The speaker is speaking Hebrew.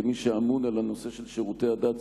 כמי שאמון על הנושא של שירותי הדת,